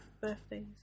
birthdays